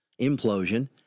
implosion